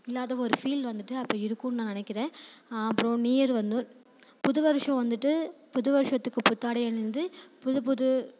இல்லாத ஒரு ஃபீல் வந்துட்டு அப்போது இருக்குதுன்னு நான் நினைக்கிறேன் அப்புறம் நியூ இயர் வந்து புது வருஷம் வந்துட்டு புதுசு வருஷத்துக்கு புத்தாடை அணிந்து புது புது